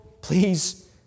Please